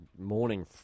morning